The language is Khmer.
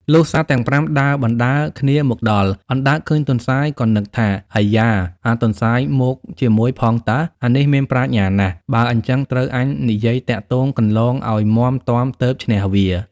លុះសត្វទាំង៥ ដើរបណ្ដើរគ្នាមកដល់ អណ្ដើកឃើញទន្សាយ ក៏នឹកថា "អៃយ៉ា! អាទន្សាយមកជាមួយផងតើ អានេះមានប្រាជ្ញាណាស់ បើអីចឹងត្រូវអញនិយាយទាក់ទងគន្លងឲ្យមាំទាំទើបឈ្នះវា"។